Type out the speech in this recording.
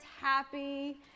happy